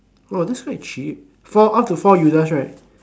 oh that's quite cheap four up to four users right